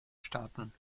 staaten